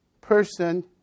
person